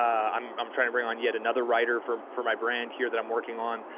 um i'm i'm trying to bring on yet another writer for for my brand here that i'm working on.